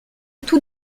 tout